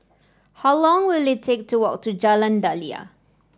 how long will it take to walk to Jalan Daliah